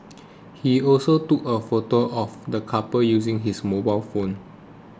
he also took a photo of the couple using his mobile phone